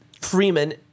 Freeman